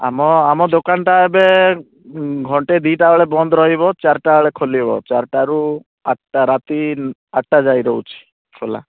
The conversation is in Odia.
ଆମ ଆମ ଦୋକାନଟା ଏବେ ଘଣ୍ଟେ ଦୁଇଟା ବେଳେ ବନ୍ଦ ରହିବ ଚାରିଟା ବେଳେ ଖୋଲିବ ଚାରିଟାରୁ ଆଠଟା ରାତି ଆଠଟା ଯାଏଁ ରହୁଛି ଖୋଲା